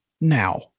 Now